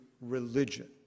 religion